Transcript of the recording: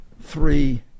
three